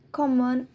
common